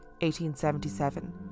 1877